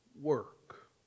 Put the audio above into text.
work